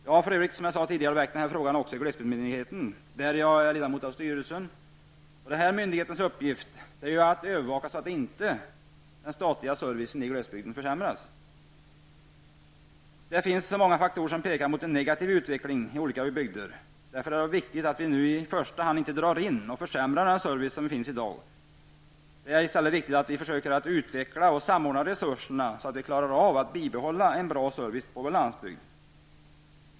Jag har för övrigt, som jag sade tidigare, väckt den här frågan i glesbygdsmyndigheten, där jag är ledamot av styrelsen. Denna myndighets uppgift är att övervaka så att inte den statliga servicen i glesbygden försämras. Det finns så många faktorer som pekar mot en negativ utveckling i olika bygder. Därför är det viktigt att vi nu i första hand inte drar och försämrar den service som finns i dag. Det är i stället viktigt att vi försöker utveckla och samordna resurserna, så att vi klarar av att bibehålla en bra service på vår landsbygd.